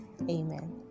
Amen